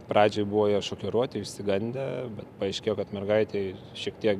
pradžiai buvo jie šokiruoti išsigandę bet paaiškėjo kad mergaitei šiek tiek